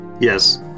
Yes